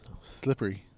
Slippery